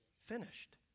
finished